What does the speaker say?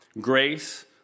grace